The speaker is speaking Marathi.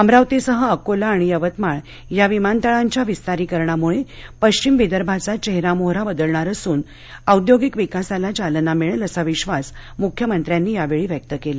अमरावतीसह अकोला आणि यवतमाळ या विमानतळांच्या विस्तारीकरणामुळे पश्चिम विदर्भाचा चेहरामोहरा बदलणार असून औद्योगिक विकासाला चालना मिळेल असा विश्वास मुख्यमंत्र्यांनी यावेळी व्यक्त केला